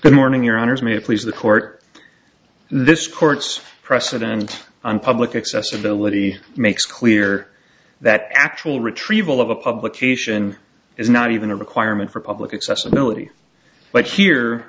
good morning your honors me at least the court this court's precedent on public accessibility makes clear that actual retrieval of a publication is not even a requirement for public accessibility but here